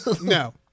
No